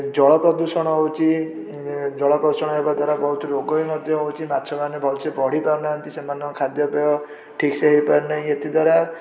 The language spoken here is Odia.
ଜଳ ପ୍ରଦୂଷଣ ହେଉଛି ଜଳ ପ୍ରଦୂଷଣ ହେବା ଦ୍ୱାରା ବହୁତ ରୋଗ ବି ମଧ୍ୟ ହେଉଛି ମାଛ ମାନେ ଭଲ ସେ ବଢ଼ି ପାରୁନାହାନ୍ତି ସେମାନଙ୍କ ଖାଦ୍ୟପେୟ ଠିକ୍ସେ ହେଇପାରୁନାହିଁ ଏଥିଦ୍ୱାରା